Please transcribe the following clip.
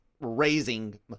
raising